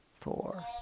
four